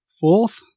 Fourth